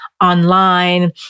online